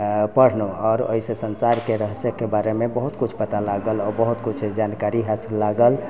पढलहुॅं आओर ओहिसे संसार के रहस्य के बारे मे बहुत किछु पता लागल आओर बहुत किछु जानकारी हासिल लागल